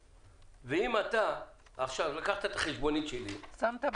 ואם אתה לקחת את החשבונית שלי, לא